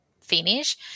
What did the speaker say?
finish